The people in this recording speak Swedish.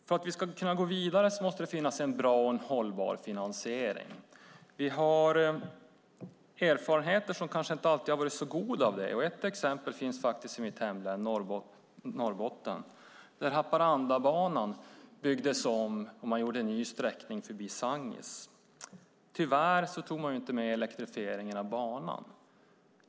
För att vi ska kunna gå vidare måste det finnas en bra och hållbar finansiering. Vi har erfarenheter av det som kanske inte alltid har varit så goda. Ett exempel finns i mitt hemlän Norrbotten, där Haparandabanan byggdes om och man gjorde en ny sträckning förbi Sangis. Tyvärr tog man inte med elektrifieringen av banan.